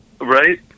Right